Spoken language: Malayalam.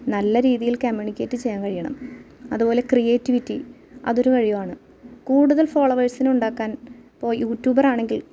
നല്ല രീതീല് കമ്മ്യൂണിക്കേയ്റ്റ് ചെയ്യാൻ കഴിയണം അതുപോലെ ക്രിയേറ്റിവിറ്റി അതൊരു കഴിവാണ് കൂടുതല് ഫോളോവേഴ്സിനെ ഉണ്ടാക്കാന് ഇപ്പോൾ യൂറ്റ്യൂബെറാണെങ്കില്